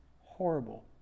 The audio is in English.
horrible